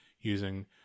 using